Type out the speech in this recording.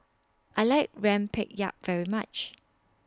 I like Rempeyek very much